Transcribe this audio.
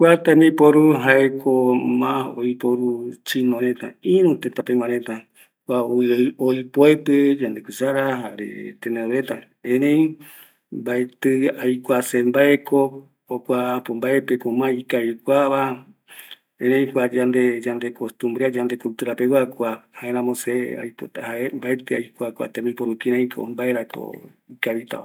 Kua tembiporu jaeko mas oiporu chino reta, kua oipoepɨ yande cuchara, jare tenedor reta, erei se maetɨ aikua mbaepeko kua mas ikaviva, erei kua yande cultura pegua kua, jaeramo se maetɨta aikua mbaerako ikavitava